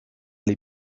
les